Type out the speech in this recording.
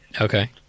Okay